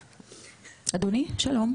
אדוני, שלום.